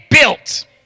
built